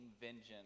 vengeance